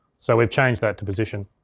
so we've changed that to position.